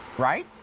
right?